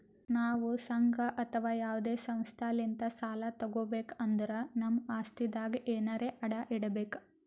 ನಾವ್ ಸಂಘ ಅಥವಾ ಯಾವದೇ ಸಂಸ್ಥಾಲಿಂತ್ ಸಾಲ ತಗೋಬೇಕ್ ಅಂದ್ರ ನಮ್ ಆಸ್ತಿದಾಗ್ ಎನರೆ ಅಡ ಇಡ್ಬೇಕ್